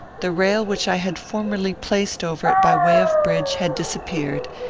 the rail which i had formerly placed over it by way of bridge had disappeared,